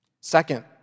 Second